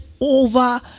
over